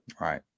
Right